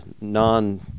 non